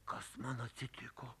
kas man atsitiko